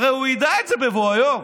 הרי הוא ידע את זה בבוא היום.